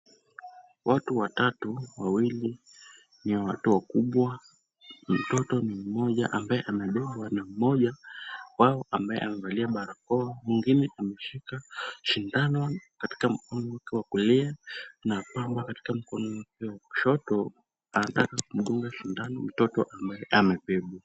Watu watatu, wawili ni watu wakubwa, mtoto ni mmoja ambaye amebebwa na mmoja wao akiwa amevalia barakoa mwingine ameshika sindano katika mkono wake wa kulia na pamba katika mkono wake wa kushoto. Anataka kudunga sindano mtoto ambaye amebebwa.